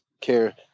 care